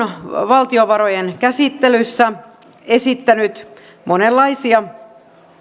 valtiovarojen käsittelyssä esittänyt monenlaisia